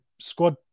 squad